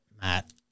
Matt